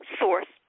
source